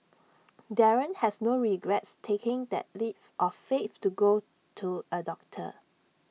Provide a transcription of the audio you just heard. Darren has no regrets taking that leap of faith to go to A doctor